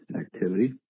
activity